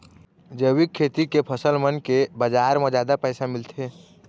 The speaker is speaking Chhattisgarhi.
जैविक खेती के फसल मन के बाजार म जादा पैसा मिलथे